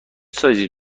سایزی